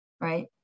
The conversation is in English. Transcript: right